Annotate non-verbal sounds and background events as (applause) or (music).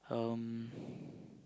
um (breath)